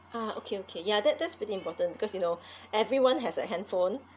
ah okay okay ya that that's pretty important because you know everyone has a handphone